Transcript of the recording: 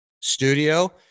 studio